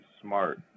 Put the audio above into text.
smart